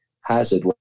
hazard